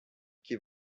que